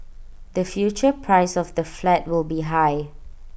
the future price of the flat will be high